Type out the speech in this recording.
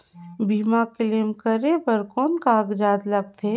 बीमा क्लेम करे बर कौन कागजात लगथे?